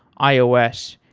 ios,